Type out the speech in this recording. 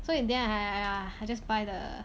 so in the end I !aiya! I just buy the